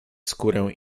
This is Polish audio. skórę